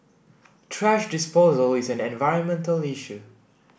thrash disposal is an environmental issue